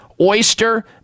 oyster